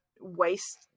waste